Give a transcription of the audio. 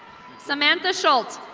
samantha schultz.